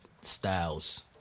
Styles